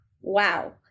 wow